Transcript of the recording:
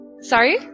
Sorry